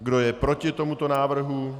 Kdo je proti tomuto návrhu?